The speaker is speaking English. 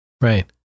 Right